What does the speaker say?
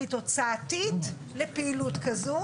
היא תוצאתית לפעילות כזאת?